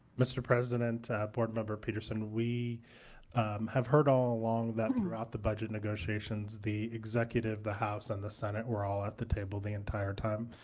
mr. president, board member petersen, we have heard all along that throughout the budget negotiations the executive, the house, and the senate were all at the table the entire time.